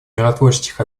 миротворческих